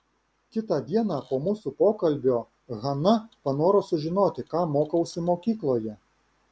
kitą dieną po mūsų pokalbio hana panoro sužinoti ką mokausi mokykloje